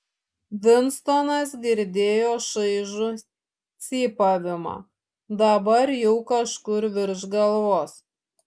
vinstonas girdėjo šaižų cypavimą dabar jau kažkur virš galvos